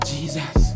Jesus